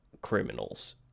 criminals